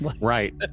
Right